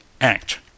Act